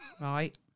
right